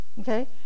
Okay